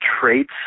traits